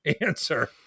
answer